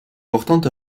portant